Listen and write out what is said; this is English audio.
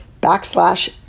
backslash